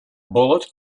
bullet